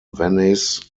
venice